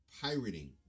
pirating